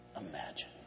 Imagine